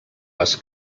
les